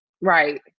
Right